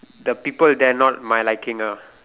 the people there are not my liking ah